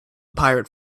pirate